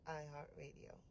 iHeartRadio